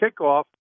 kickoff